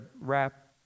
wrap